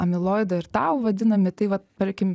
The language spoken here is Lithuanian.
amiloido ir tau vadinami tai va tarkim